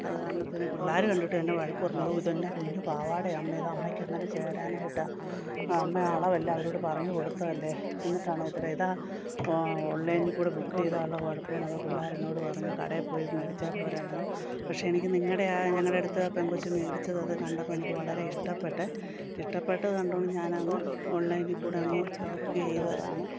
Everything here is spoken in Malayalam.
അതു കാണുമ്പോഴത്തേനും പിള്ളേര് കണ്ടിട്ട് എന്നെ വഴക്കു പറഞ്ഞു യ്യോ ഇതെന്നാ കുഞ്ഞു പാവാടയാണമ്മേ ഇത് അമ്മക്ക് എങ്ങനെ ചേരാനായിട്ടാണ് അമ്മ അളവെല്ലാം അവരോടു പറഞ്ഞു കൊടുത്തതല്ലേ എന്നിട്ടാണോ ഇത്ര ഇതാ ഓ ഓൺലൈനിൽ കൂടി ബുക്ക് ചെയ്താൽ ഉള്ള കുഴപ്പമെന്നൊക്കെ പിള്ളേര് എന്നോടു പറഞ്ഞു കടയിൽ പോയി മേടിച്ചാൽ പോരായിരുന്നോ പക്ഷെ എനിക്ക് നിങ്ങളുടെ ആ ഞങ്ങളുടെ അടുത്ത് പെങ്കൊച്ച് മേടിച്ചത് അതു കണ്ടപ്പോൾ എനിക്ക് വളരെ ഇഷ്ടപ്പെട്ടേ ഇഷ്ടപ്പെട്ടത് കണ്ടു കൊണ്ട് ഞാനതങ്ങ് ഓൺലൈനിൽ കൂടി അങ്ങ് ബുക്ക് ചെയ്തതാണ്